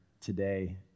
today